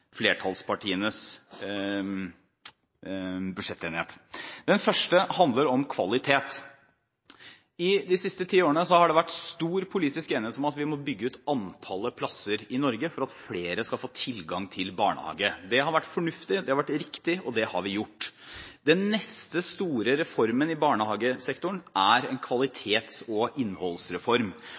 flertallspartienes budsjettenighet. Den første handler om kvalitet. I de siste ti årene har det vært stor politisk enighet om at vi må bygge ut antallet plasser i Norge for at flere skal få tilgang til barnehage. Det har vært fornuftig, det har vært riktig, og det har vi gjort. Den neste store reformen i barnehagesektoren er en kvalitets- og innholdsreform.